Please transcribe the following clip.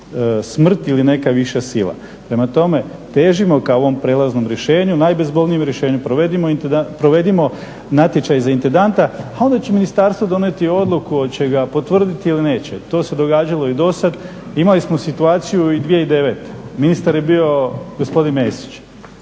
smrt ili neka viša sila. Prema tome, težimo ka ovom prelaznom rješenju, najbezbolnijem rješenju, provedimo natječaj za intendanta, a onda će ministarstvo donijeti odluku, hoće li ga potvrditi ili neće, to se događalo i do sada. Imali smo situaciju i 2009., ministar je bio gospodin Mesić,